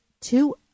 two